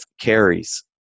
carries